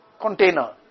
container